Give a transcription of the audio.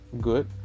good